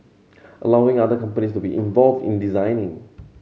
allowing other companies to be involved in designing